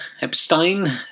Epstein